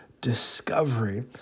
discovery